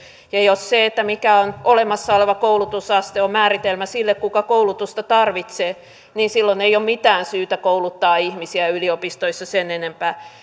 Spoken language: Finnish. ja jos se mikä on olemassa oleva koulutusaste on määritelmä sille kuka koulutusta tarvitsee niin silloin ei ole mitään syytä kouluttaa ihmisiä yliopistoissa sen enempää